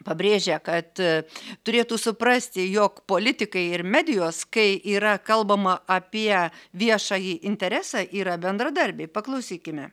pabrėžė kad turėtų suprasti jog politikai ir medijos kai yra kalbama apie viešąjį interesą yra bendradarbiai paklausykime